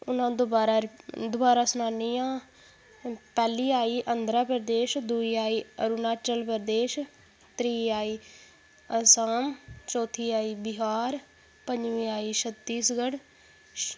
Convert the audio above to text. हून अ'ऊं दुबारा सनानी आं पैह्ली आई आंध्रा प्रदेश दूई आई अरुणाचल प्रदेश त्री आई असाम चौथी आई बिहार पंजमी आई छत्तीसगढ़